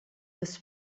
his